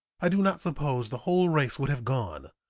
i do not suppose the whole race would have gone,